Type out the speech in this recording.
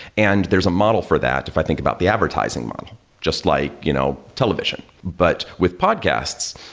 and there's a model for that if i think about the advertising model just like you know television. but with podcasts,